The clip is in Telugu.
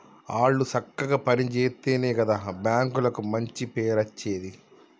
ఆళ్లు సక్కగ పని జేత్తెనే గదా బాంకులకు మంచి పేరచ్చేది